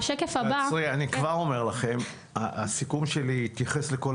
אני כבר אומר לכם שהסיכום שלי יתייחס לכל